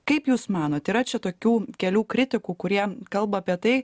kaip jūs manot yra čia tokių kelių kritikų kurie kalba apie tai